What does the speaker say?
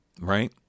Right